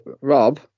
Rob